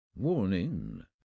Warning